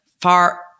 far